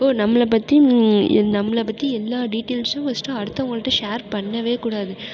ஓ நம்மளை பற்றி நம்மளை பற்றி எல்லா டீடெயில்சும் ஃபஸ்ட்டு அடுத்தவங்கள்ட்ட ஷேர் பண்ணவேக்கூடாது